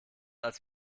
als